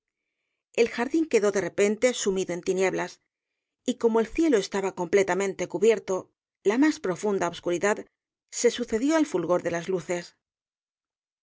el jardín quedó de repente sumido en tinieblas y como el cielo estaba completamente cubierto la más profunda obscuridad se sucedió al fulgor de las luces